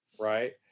Right